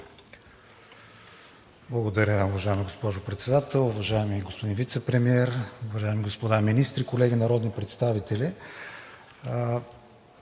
Благодаря, уважаема госпожо Председател. Уважаеми господин Вицепремиер, уважаеми господа министри, колеги народни представители!